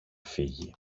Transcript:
φύγει